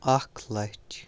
اَکھ لَچھ